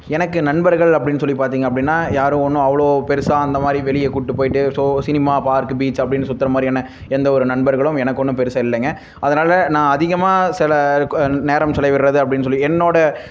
எனக்கு நண்பர்கள் அப்படின் சொல்லி பார்த்தீங்க அப்படின்னா யாரும் ஒன்றும் அவ்வளோ பெருசாக அந்தமாதிரி வெளியே கூட்டு போயிவிட்டு ஷோ சினிமா பார்க் பீச் அப்படின் சுற்றுற மாதிரியான எந்த ஒரு நண்பர்களும் எனக்கு ஒன்றும் பெருசாக இல்லைங்க அதனால் நான் அதிகமாக சில நேரம் செலவிடுறது அப்படின் சொல்லி என்னோட